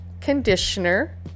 conditioner